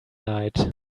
night